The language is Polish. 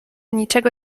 niczego